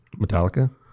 Metallica